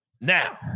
now